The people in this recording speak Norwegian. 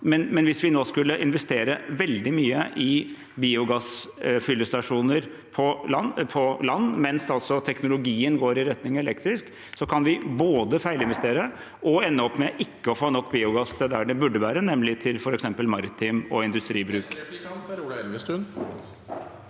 men hvis vi nå skulle investere veldig mye i biogassfyllestasjoner på land, mens teknologien går i retning av elektrisk, kan vi både feilinvestere og ende opp med ikke å få nok biogass til der det burde være, nemlig til f.eks. maritim sektor og industri.